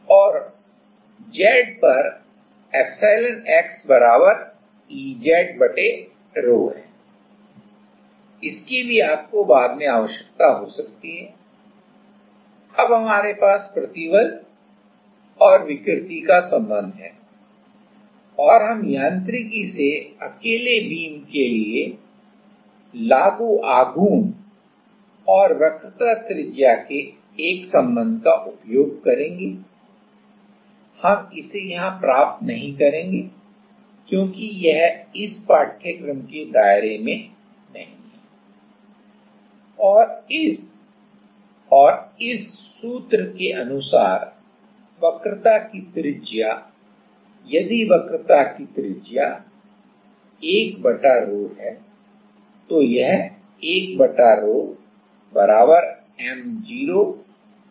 और Z पर σ x EZ ρ है इसकी भी आपको बाद में आवश्यकता हो सकती है अब हमारे पास प्रतिबल और विकृति का संबंध है और हम यांत्रिकी से अकेले बीम के लिए लागू आघूर्ण और वक्रता त्रिज्या के एक संबंध का उपयोग करेंगे हम इसे यहां प्राप्त नहीं करेंगे क्योंकि यह इस पाठ्यक्रम के दायरे में नहीं है और इस सूत्र के अनुसार वक्रता की त्रिज्या यदि वक्रता की त्रिज्या 1 ρ है तो यह 1 ρ MoEI है